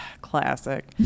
classic